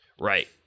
Right